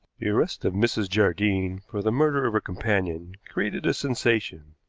the arrest of mrs. jardine for the murder of her companion created a sensation,